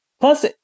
Plus